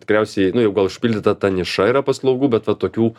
tikriausiai nu jau gal užpildyta ta niša yra paslaugų bet va tokių